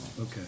Okay